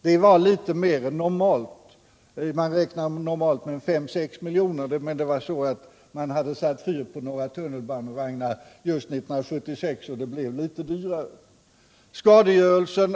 Det var litet mera än normalt —-det vanliga är 5-6 milj.kr. — men man hade satt fyr på några tunnelbanevagnar just 1976, så det blev litet dyrare.